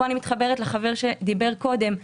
פה אני מתחברת לחבר שדיבר קודם.